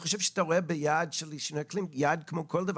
שאתה רואה ביעד של שינוי אקלים יעד כמו כל דבר,